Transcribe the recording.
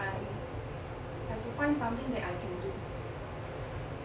I have to find something that I can do